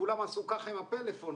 כולם עשו ככה עם הפלאפון,